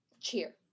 cheer